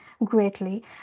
greatly